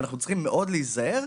אנחנו צריכים מאוד להיזהר,